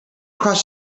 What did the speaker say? across